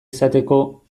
izateko